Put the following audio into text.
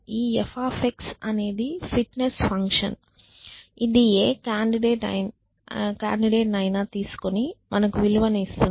ఈ f అనేది fitness function ఇది ఏ కాండిడేట్ అయినా తీసుకొని మనకు విలువను ఇస్తుంది